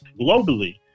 globally